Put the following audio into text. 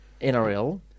NRL